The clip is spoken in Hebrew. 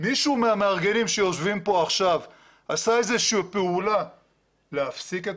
מישהו מהמארגנים שיושבים פה עכשיו עשה איזה שהיא פעולה להפסיק את